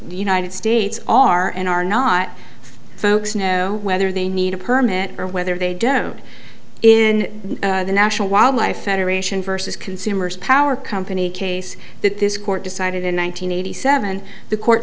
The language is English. united states are and are not folks know whether they need a permit or whether they don't in the national wildlife federation versus consumers power company case that this court decided in one nine hundred eighty seven the court